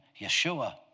Yeshua